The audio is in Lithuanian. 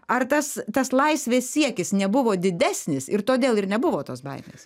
ar tas tas laisvės siekis nebuvo didesnis ir todėl ir nebuvo tos baimės